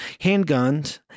Handguns